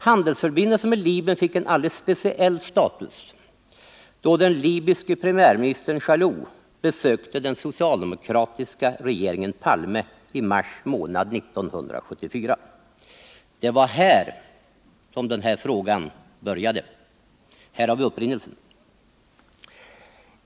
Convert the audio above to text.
Handelsförbindelserna med Libyen fick en alldeles speciell status, då den libyske premiärministern Jalloud besökte den socialdemokratiska regeringen Palme i mars månad 1974. Det var då denna fråga uppkom. Här har vi upprinnelsen.